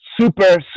super